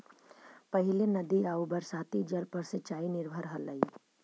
पहिले नदी आउ बरसाती जल पर सिंचाई निर्भर हलई